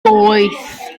boeth